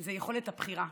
זה יכולת הבחירה,